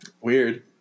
Weird